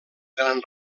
gran